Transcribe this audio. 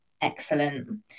excellent